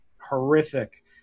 horrific